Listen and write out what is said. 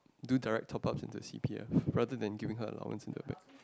do direct top ups into her c_p_f rather than giving her allowance in their bank